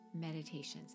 meditations